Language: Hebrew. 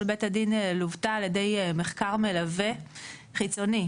בית הדין לוותה על ידי מחקר מלווה חיצוני,